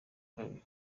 kabiri